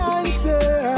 answer